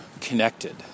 connected